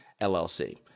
LLC